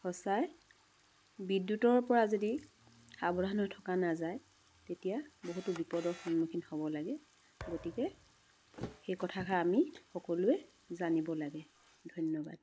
সঁচাই বিদ্যুতৰ পৰা যদি সাৱধান হৈ থকা নাযায় তেতিয়া বহুতো বিপদৰ সন্মুখীন হ'ব লাগে গতিকে সেই কথাষাৰ আমি সকলোৱে জানিব লাগে ধন্যবাদ